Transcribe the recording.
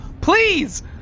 Please